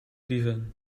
dieven